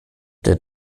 der